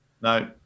no